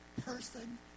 person